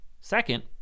Second